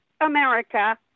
America